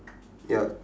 ya